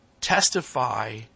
testify